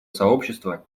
сообщество